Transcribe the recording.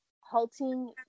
halting